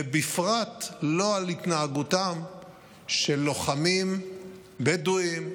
ובפרט לא על התנהגותם של לוחמים בדואים,